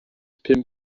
pum